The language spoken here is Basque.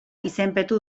izenpetu